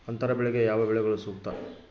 ಅಂತರ ಬೆಳೆಗೆ ಯಾವ ಬೆಳೆಗಳು ಸೂಕ್ತ?